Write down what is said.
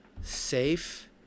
safe